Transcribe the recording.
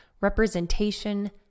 representation